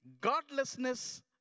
Godlessness